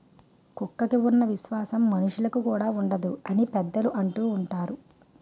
కుక్కకి ఉన్న విశ్వాసం మనుషులుకి కూడా ఉండదు అని పెద్దలు అంటూవుంటారు